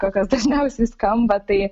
kokios dažniausiai skamba tai